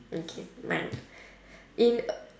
okay mine in a~